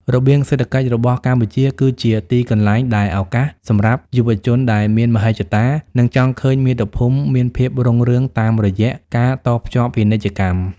របៀងសេដ្ឋកិច្ចរបស់កម្ពុជាគឺជាទីកន្លែងដែលឱកាសសម្រាប់យុវជនដែលមានមហិច្ឆតា និងចង់ឃើញមាតុភូមិមានភាពរុងរឿងតាមរយៈការតភ្ជាប់ពាណិជ្ជកម្ម។